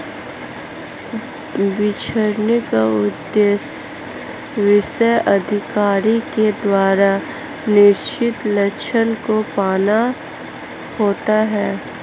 बिछड़ने का उद्देश्य विशेष अधिकारी के द्वारा निश्चित लक्ष्य को पाना होता है